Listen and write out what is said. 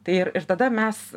tai ir ir tada mes